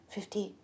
Fifty